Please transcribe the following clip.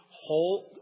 hold